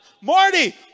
Marty